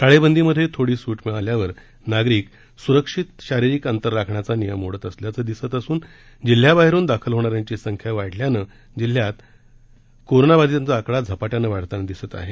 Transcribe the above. टाळेबंदीमध्ये थोडी सूट मिळाल्यावर नागरिक सुरक्षित शारीरिक अंतर राखण्याचा नियम मोडत असल्याचं दिसत असून जिल्ह्याबाहेरून दाखल होणाऱ्यांची संख्या वाढल्यानं जिल्ह्यात कोरोणा विषाणु बाधीतांचा आकडा हा झपाट्यानं वाढताना दिसत आहे